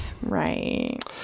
right